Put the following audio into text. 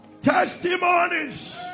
Testimonies